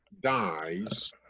dies